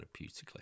therapeutically